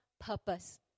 purpose